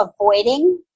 avoiding